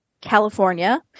California